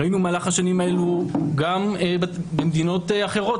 במהלך השנים האלה ראינו גם במדינות אחרות,